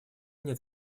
нет